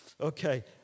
Okay